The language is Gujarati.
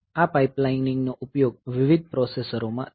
આ પાઇપલાઇનિંગ નો ઉપયોગ વિવિધ પ્રોસેસરો માં થાય છે